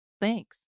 thanks